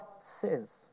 says